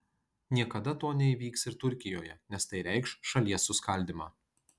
niekada to neįvyks ir turkijoje nes tai reikš šalies suskaldymą